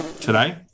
today